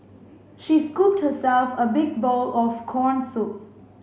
she scooped herself a big bowl of corn soup